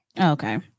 Okay